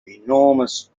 enormous